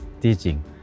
teaching